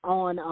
on